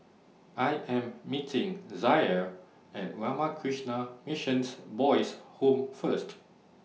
I Am meeting Zaire At Ramakrishna Mission Boys' Home First